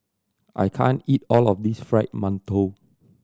I can't eat all of this Fried Mantou